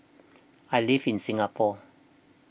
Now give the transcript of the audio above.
I live in Singapore